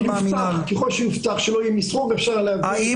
ככל שיובטח שלא יהיה מסוחר אפשר ל --- האם